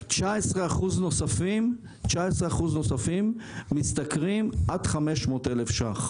19% נוספים משתכרים עד 500,000 ₪.